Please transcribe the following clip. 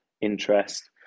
interest